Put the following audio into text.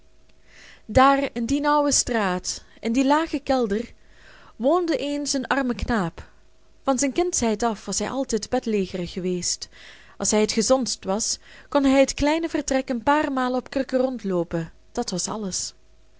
daar in die nauwe straat in dien lagen kelder woonde eens een arme knaap van zijn kindsheid af was hij altijd bedlegerig geweest als hij het gezondst was kon hij het kleine vertrek een paar malen op krukken rondloopen dat was alles